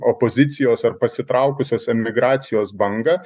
opozicijos ar pasitraukusios emigracijos bangą